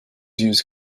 use